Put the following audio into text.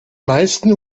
meisten